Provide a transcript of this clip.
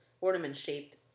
ornament-shaped